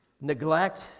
neglect